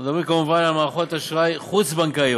אנחנו מדברים כמובן על מערכות אשראי חוץ-בנקאיות.